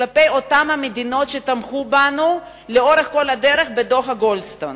כלפי אותן המדינות שתמכו בנו לאורך כל הדרך בדוח גולדסטון.